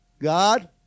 God